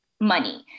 money